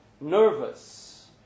nervous